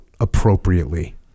appropriately